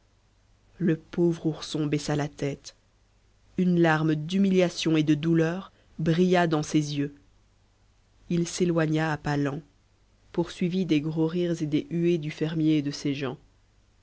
le pauvre ourson baissa la tête une larme d'humiliation et de douleur brilla dans ses yeux il s'éloigna à pas lents poursuivi des gros rires et des huées du fermier et de ses gens